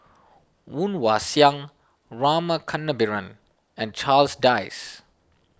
Woon Wah Siang Rama Kannabiran and Charles Dyce